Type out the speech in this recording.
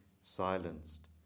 silenced